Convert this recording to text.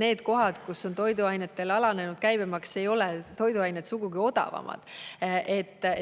neis kohtades, kus on toiduainetel alandatud käibemaks, ei ole toiduained sugugi odavamad.